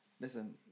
Listen